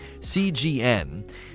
CGN